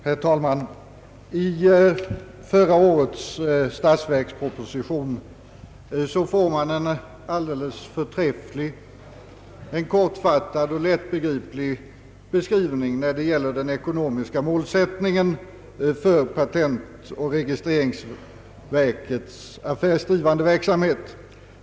Herr talman! I förra årets statsverksproposition förekommer en kortfattad men förträfflig och lättbegriplig beskrivning av den ekonomiska målsättningen för patentoch registreringsverkets affärsdrivande verksamhet.